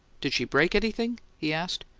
did she break anything? he asked.